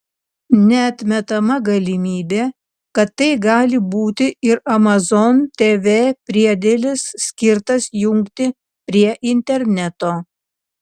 neatmetama galimybė kad tai gali būti ir amazon tv priedėlis skirtas jungti prie interneto